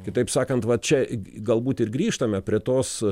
kitaip sakant va čia galbūt ir grįžtame prie tos